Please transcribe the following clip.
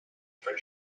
for